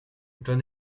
john